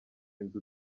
inzu